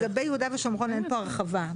לגבי יהודה ושומרון אין פה הרחבה,